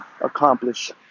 accomplish